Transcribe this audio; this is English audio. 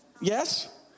Yes